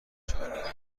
چارلی